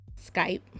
Skype